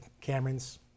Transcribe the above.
Camerons